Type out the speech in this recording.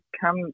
come